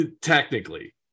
technically